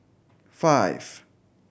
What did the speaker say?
five